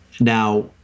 Now